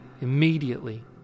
Immediately